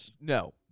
no